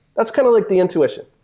that's kind of like the intuition.